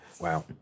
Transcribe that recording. Wow